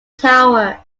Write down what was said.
tower